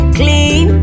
clean